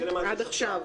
עד עכשיו.